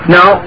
Now